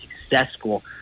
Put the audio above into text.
successful